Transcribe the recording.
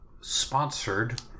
sponsored